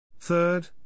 Third